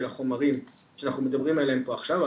החומרים שאנחנו מדברים עליהם פה עכשיו,